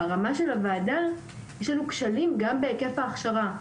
ברמה של הוועדה יש לנו כשלים גם בהיקף ההכשרה.